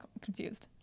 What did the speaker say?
confused